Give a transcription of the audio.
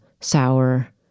sour